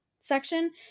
section